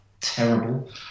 terrible